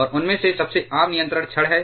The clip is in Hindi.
और उनमें से सबसे आम नियंत्रण छड़ है